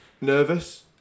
Nervous